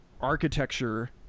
architecture